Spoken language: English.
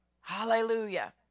Hallelujah